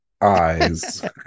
eyes